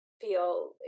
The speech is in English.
feel